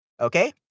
Okay